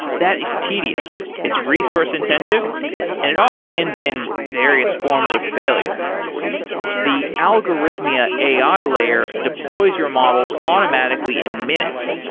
that is tedious. it's resource-intensive and it often ends in various forms of failure the algorithmia ai layer deploys your models automatically in minutes,